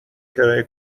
کرایه